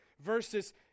verses